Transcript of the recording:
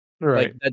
Right